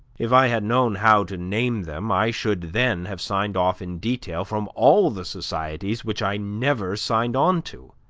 if i had known how to name them, i should then have signed off in detail from all the societies which i never signed on to